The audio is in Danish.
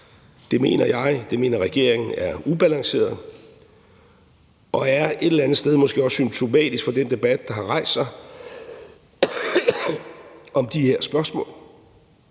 Det mener jeg og det mener regeringen er ubalanceret, og det er måske et eller andet sted også symptomatisk for den debat, der har rejst sig om de her spørgsmål.